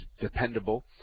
dependable